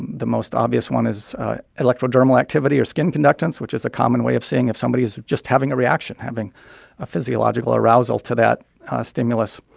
the most obvious one is electrodermal activity or skin conductance, which is a common way of seeing if somebody is just having a reaction having a physiological arousal to that stimulus.